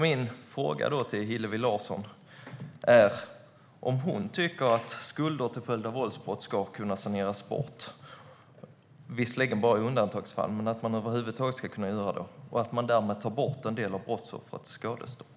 Min fråga till Hillevi Larsson är om hon tycker att skulder till följd av våldsbrott ska kunna saneras bort - visserligen bara i undantagsfall men att man över huvud taget ska kunna göra det - och att man därmed ska kunna ta bort en del av brottsoffrets skadestånd.